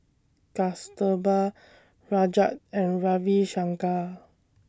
Kasturba Rajat and Ravi Shankar